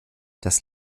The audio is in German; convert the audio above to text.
das